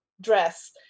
dress